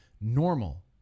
normal